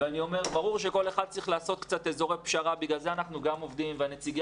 אני אומר שברור שכל אחד צריך ללכת לפשרה ולכן אנחנו עובדים ונציגי